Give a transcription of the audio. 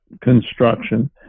construction